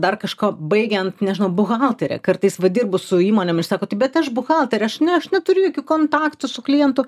dar kažko baigiant nežinau buhaltere kartais dirbu su įmonėm ir sako tai bet aš buhalterė aš ne aš neturiu jokių kontaktų su klientu